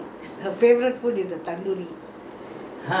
ah ah no another tandoori